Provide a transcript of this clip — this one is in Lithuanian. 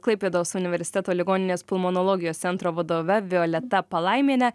klaipėdos universiteto ligoninės pulmonologijos centro vadove violeta palaimiene